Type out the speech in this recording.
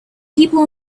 people